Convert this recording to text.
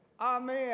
amen